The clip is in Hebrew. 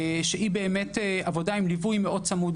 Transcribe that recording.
שהיא עבודה עם ליווי מאוד צמוד,